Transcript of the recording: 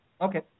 Okay